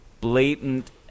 blatant